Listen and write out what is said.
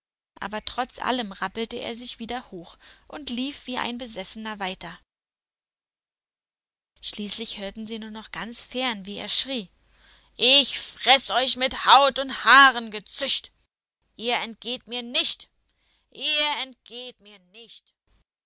aber trotz allem rappelte er sich wieder hoch und lief wie ein besessener weiter schließlich hörten sie nur noch ganz fern wie er schrie ich freß euch mit haut und haaren gezücht ihr entgeht mir nicht ihr entgeht mir nicht